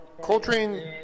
coltrane